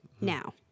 Now